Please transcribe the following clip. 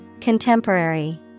Contemporary